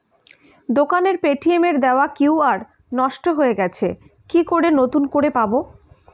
দোকানের পেটিএম এর দেওয়া কিউ.আর নষ্ট হয়ে গেছে কি করে নতুন করে পাবো?